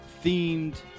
themed